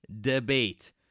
debate